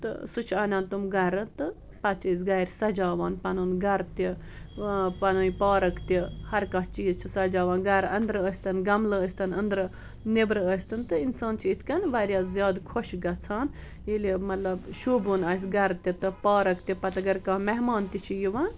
تہٕ سُہ چھُ انان تم گرٕ تہٕ پتہٕ چھِ أسۍ گرِ سجاوان پنُن گٔرِ تہِ پنٕنۍ پارک تہِ ہر کانٛہہ چِیز چھِ سجاوان گرٕ انٛدرٕ ٲستن گملہٕ ٲستن انٛدرِ نٮ۪برٕ ٲستن تہِ اِنسان چھُ اِتھ کٔنۍ واریاہ زیادٕ خۄش گژھان ییٚلہِ مطلب شوٗبوُن آسہ گرٕ تہِ تہٕ پارک تہِ پتہٕ اگر کانٛہہ مہمان تہِ چھُ یِوان